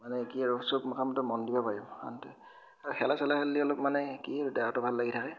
মানে কি আৰু চব কামতে মন দিব পাৰি আৰু খেলা চেলা খেললি অলপ মানে কি আৰু দেহাটো ভাল লাগি থাকে